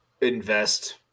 invest